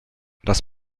das